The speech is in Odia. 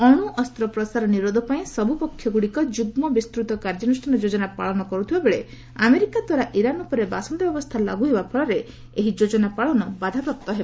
ଅଣୁ ଅସ୍ତ୍ରପ୍ରସାର ନିରୋଧ ପାଇଁ ସବୁ ପକ୍ଷଗୁଡ଼ିକ ଯୁଗ୍ମ ବିସ୍ଚୃତ କାର୍ଯ୍ୟାନୁଷ୍ଠାନ ଯୋଜନା ପାଳନ କର୍ରଥିବା ବେଳେ ଆମେରିକା ଦ୍ୱାରା ଇରାନ୍ ଉପରେ ବାସନ୍ଦ ବ୍ୟବସ୍ଥା ଲାଗୁ ହେବା ଫଳରେ ଏହି ଯୋଜନା ପାଳନ ବାଧାପ୍ରାପ୍ତ ହେବ